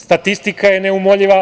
Statistika je neumoljiva.